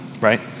right